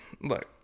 look